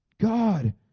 God